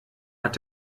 hat